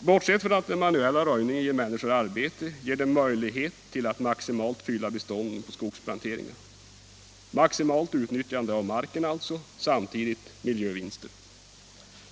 Bortsett från att den manuella röjningen ger människor arbete ger den möjlighet till att maximalt fylla bestånden på skogsplanteringar. Den ger alltså maximalt utnyttjande av marken och samtidigt miljövinster.